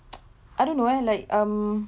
I don't know eh like um